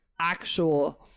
actual